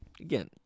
again